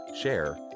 share